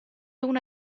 una